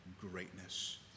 greatness